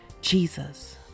Jesus